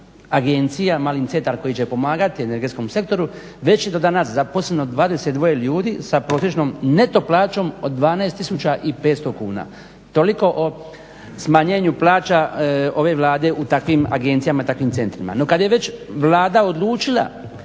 agencija, mali centar koji će pomagati energetskom sektoru već je do danas zaposleno 22 ljudi sa prosječnom neto plaćom od 12 tisuća i 500 kuna, toliko o smanjenju plaća ove Vlade u takvim agencijama i takvim centrima. No kada je već Vlada odlučila